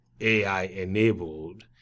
AI-enabled